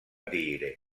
dire